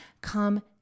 Come